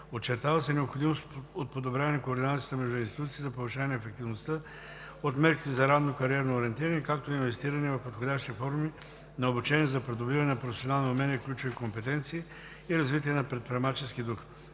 Очертава се необходимост от подобряване координацията между институциите за повишаване ефективността от мерките за ранно кариерно ориентиране, както и инвестиране в подходящи форми на обучение за придобиване на професионални умения и ключови компетенции и развиване на предприемачески дух.